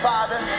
Father